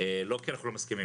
לא כי אנחנו לא מסכימים